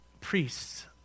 priests